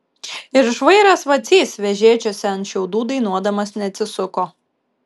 ir žvairas vacys vežėčiose ant šiaudų dainuodamas neatsisuko